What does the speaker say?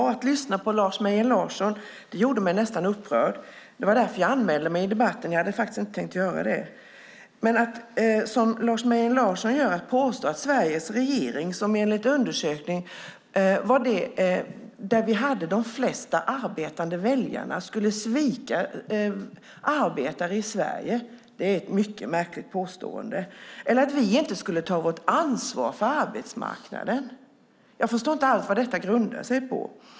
Fru talman! Det gjorde mig nästan upprörd att lyssna på Lars Mejern Larsson. Det var därför jag anmälde mig till debatten; jag hade inte tänkt göra det. Lars Mejern Larsson påstår att Sveriges regering, som enligt undersökning är det alternativ som hade de flesta arbetande väljarna, skulle svika arbetare i Sverige. Det är ett mycket märkligt påstående. Skulle vi inte ta vårt ansvar för arbetsmarknaden? Jag förstår inte alls vad detta grundar sig på.